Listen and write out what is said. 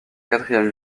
quatrième